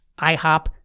IHOP